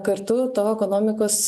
kartu to ekonomikos